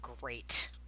great